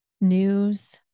News